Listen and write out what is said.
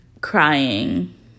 crying